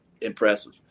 impressive